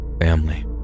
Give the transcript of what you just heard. family